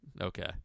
okay